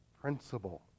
principle